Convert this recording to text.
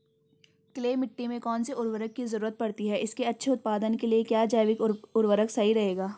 Clay मिट्टी में कौन से उर्वरक की जरूरत पड़ती है इसके अच्छे उत्पादन के लिए क्या जैविक उर्वरक सही रहेगा?